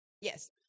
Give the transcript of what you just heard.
Yes